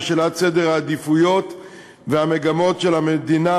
ואת שאלת סדר העדיפויות והמגמות של המדינה,